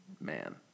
man